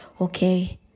okay